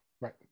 Right